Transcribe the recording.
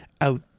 out